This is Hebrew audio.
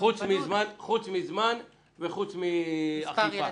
חוץ מזמן וחוץ מאכיפה?